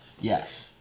Yes